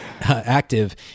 active